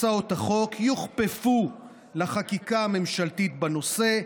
הצעות החוק יוכפפו לחקיקה הממשלתית בנושא,